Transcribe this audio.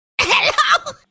Hello